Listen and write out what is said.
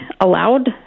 allowed